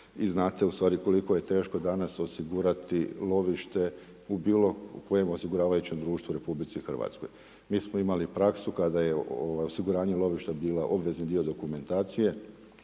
i znate ustvari koliko je teško danas osigurati lovište u bilokojem osiguravajućem društvu u RH. Mi smo imali praksu kada je osiguranje lovišta bilo obvezni dokumentacije